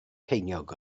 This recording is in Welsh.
ceiniog